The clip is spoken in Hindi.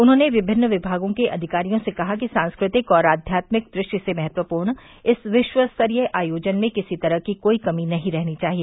उन्होंने विभिन्न विभागों के अधिकारियों से कहा कि सांस्कृतिक और आध्यात्मिक दृष्टि से महत्वपूर्ण इस विश्वस्तरीय आयोजन में किसी तरह की कोई कमी नहीं रहनी चाहिए